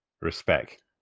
Respect